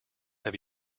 have